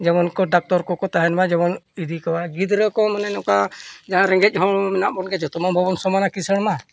ᱡᱮᱢᱚᱱ ᱠᱚ ᱰᱟᱠᱛᱚᱨ ᱠᱚᱠᱚ ᱛᱟᱦᱮᱱ ᱢᱟ ᱡᱮᱢᱚᱱ ᱤᱫᱤ ᱠᱚᱣᱟ ᱜᱤᱫᱽᱨᱟᱹ ᱠᱚ ᱢᱮ ᱱᱚᱝᱠᱟ ᱡᱟᱦᱟᱸ ᱨᱮᱸᱜᱮᱡ ᱦᱚᱲ ᱢᱮᱱᱟᱜ ᱵᱚᱱ ᱜᱮᱭᱟ ᱡᱚᱛᱚ ᱢᱟ ᱵᱟᱵᱚᱱ ᱥᱚᱢᱟᱱᱟ ᱠᱤᱥᱟᱹᱬ ᱢᱟ